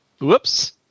Whoops